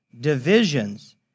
divisions